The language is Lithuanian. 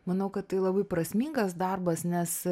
manau kad tai labai prasmingas darbas nes